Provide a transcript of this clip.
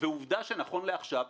עובדה שנכון לעכשיו,